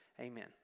Amen